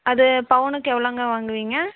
அது பவுனுக்கு எவ்வளோங்க வாங்குவீங்க